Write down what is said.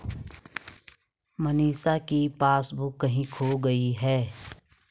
मनीष की पासबुक कहीं खो गई है